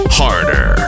harder